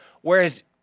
Whereas